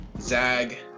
Zag